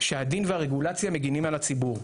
שהדין והרגולציה מגנים על הציבור.